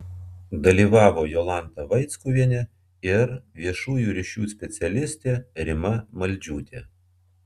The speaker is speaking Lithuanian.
dalyvavo jolanta vaickuvienė ir viešųjų ryšių specialistė rima maldžiūtė